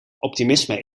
optimisme